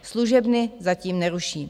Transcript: Služebny zatím neruší.